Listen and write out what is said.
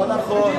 לא נכון.